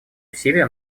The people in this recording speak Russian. усилия